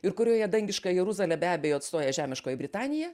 ir kurioje dangišką jeruzalę be abejo atstoja žemiškoji britanija